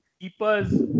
keepers